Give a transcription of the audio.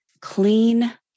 clean